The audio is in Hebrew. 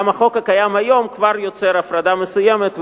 גם החוק הקיים כיום כבר יוצר הפרדה מסוימת,